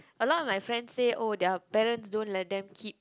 a lot of my friend say oh their parents don't let them keep